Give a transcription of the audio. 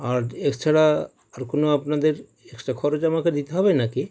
আর এছাড়া আর কোনও আপনাদের এক্সট্রা খরচ আমাকে দিতে হবে না কি